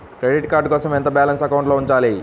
Credit card కోసం ఎంత balance అకౌంట్లో ఉంచాలి?